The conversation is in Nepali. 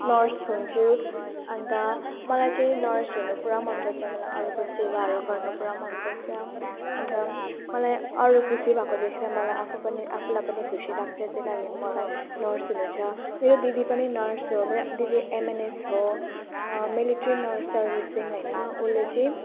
नर्स हुन्छु अन्त मलाई चाहिँ नर्स हुनु पुरा मनपर्छ मलाई अरूको सेवाहरू गर्नु पुरा मनपर्छ अन्त मलाई अरू खुसी भएको देखेर मलाई आफू पनि आफूलाई पनि खुसी लाग्छ त्यहीँ लागि मलाई नर्स हुनु छ मेरो दिदी पनि नर्स हो मेरो दिदी एमएनएस हो मिलिट्री नर्स सर्विसिङ होइन उसले चाहिँ